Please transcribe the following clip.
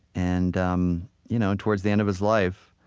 and um you know towards the end of his life,